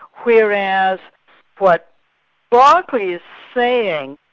whereas what berkeley is saying,